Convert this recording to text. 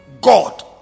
God